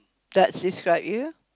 that's describe you